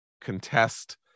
contest